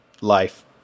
life